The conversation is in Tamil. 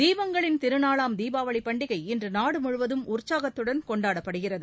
தீபங்களின் திருநாளாம் தீபாவளி பண்டிகை இன்று நாடு முழுவதும் உற்சாகத்துடன் கொண்டாடப்படுகிறது